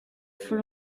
for